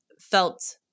felt